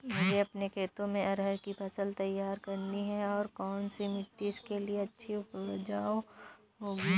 मुझे अपने खेत में अरहर की फसल तैयार करनी है और कौन सी मिट्टी इसके लिए अच्छी व उपजाऊ होगी?